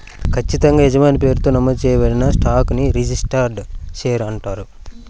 ఖచ్చితంగా యజమాని పేరుతో నమోదు చేయబడిన స్టాక్ ని రిజిస్టర్డ్ షేర్ అంటారు